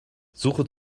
suche